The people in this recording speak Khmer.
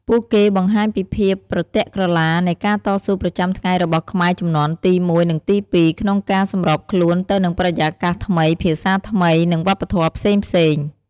ពួកគេបង្ហាញពីភាពប្រទាក់ក្រឡានៃការតស៊ូប្រចាំថ្ងៃរបស់ខ្មែរជំនាន់ទីមួយ និងទីពីរ ក្នុងការសម្របខ្លួនទៅនឹងបរិយាកាសថ្មី ភាសាថ្មី និងវប្បធម៌ផ្សេងៗ។